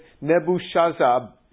Nebuchadnezzar